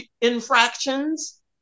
infractions